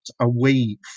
away